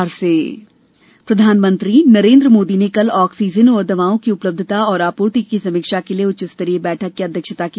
प्रधानमंत्री ऑक्सीजन और दवा प्रधानमंत्री नरेंद्र मोदी ने कल ऑक्सीजन और दवाओं की उपलब्धता और आपूर्ति की समीक्षा के लिए उच्चस्तरीय बैठक की अध्यक्षता की